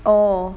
oh